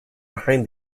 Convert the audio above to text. behind